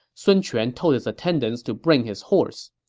sun quan told his attendants to bring his horse.